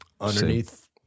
Underneath